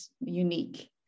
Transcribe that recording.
unique